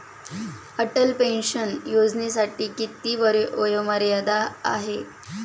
Atal pension योजनेसाठी किती वयोमर्यादा आहे?